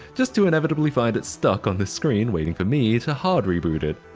just to inevitably find it stuck on this screen waiting for me to hard reboot it.